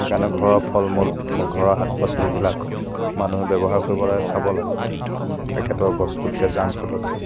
সেইকাৰণে ঘৰৰ ফলমূল ঘৰৰ শাক পাচলিবিলাক মানুহে ব্যৱহাৰ কৰিব লাগে খাব লাগে পেকেটৰ বস্তুতকৈ জাংক ফুডতকৈ